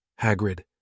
Hagrid